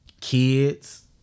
kids